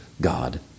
God